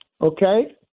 okay